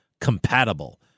compatible